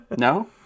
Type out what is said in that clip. No